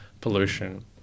pollution